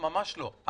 ממש לא.